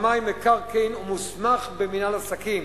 שמאי מקרקעין ומוסמך במינהל עסקים".